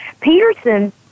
Peterson